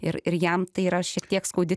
ir ir jam tai yra šiek tiek skaudi